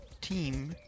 team